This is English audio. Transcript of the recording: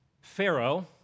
Pharaoh